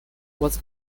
was